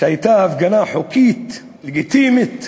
שהייתה הפגנה חוקית, לגיטימית,